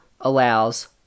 allows